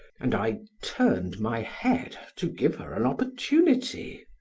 and i turned my head to give her an opportunity.